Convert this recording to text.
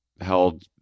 held